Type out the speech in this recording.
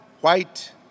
white